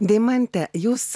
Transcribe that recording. deimante jūs